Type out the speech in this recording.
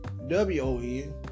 W-O-N